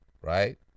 right